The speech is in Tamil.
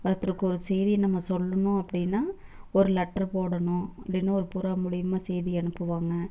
ஒருத்தருக்கு ஒரு செய்தி நம்ம சொல்லணும் அப்படின்னா ஒரு லெட்டர் போடணும் இல்லைனா ஒரு புறா மூலிமா செய்தி அனுப்புவாங்க